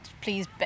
please